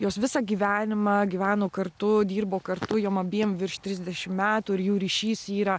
jos visą gyvenimą gyveno kartu dirbo kartu joms abiem virš trisdešimt metų ir jų ryšys yra